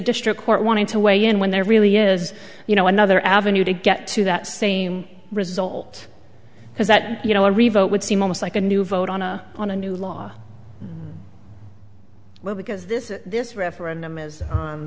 district court wanting to weigh in when there really is you know another avenue to get to that same result because that you know a revote would seem almost like a new vote on a on a new law well because this is this referendum is